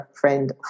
friend